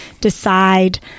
decide